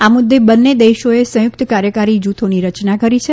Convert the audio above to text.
આ મુદ્દે બંને દેશોએ સંયુક્ત કાર્યકારી જૂથોની રયના કરી છે